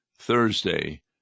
Thursday